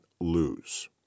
lose